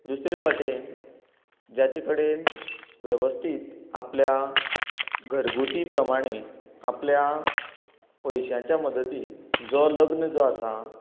दुसरे वाटेन जाचे कडेन वेवस्थीत आपल्या घरगुती प्रमाणे आपल्या पयशांच्या मदतीन जो लग्न जो आसा